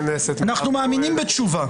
אנחנו מאמינים בתשובה.